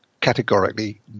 categorically